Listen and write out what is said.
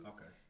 Okay